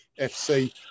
FC